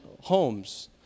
homes